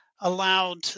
allowed